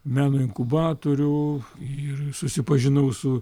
meno inkubatorių ir susipažinau su